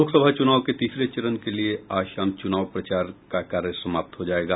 लोक सभा चुनाव के तीसरे चरण के लिए आज शाम चुनाव प्रचार का कार्य समाप्त हो जायेगा